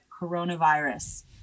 coronavirus